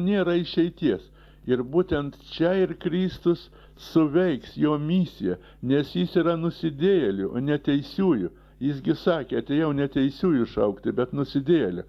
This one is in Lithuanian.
nėra išeities ir būtent čia ir kristus suveiks jo misija nes jis yra nusidėjėlių o ne teisiųjų jis gi sakė atėjau ne teisiųjų šaukti bet nusidėjėlių